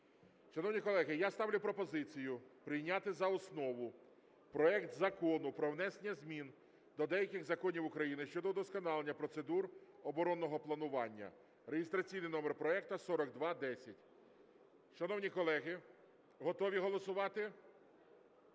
Шановні колеги, я ставлю пропозицію прийняти за основу проект Закону про внесення змін до деяких законів України щодо удосконалення процедур оборонного планування (реєстраційний номер проекту 4210). Шановні колеги, готові голосувати?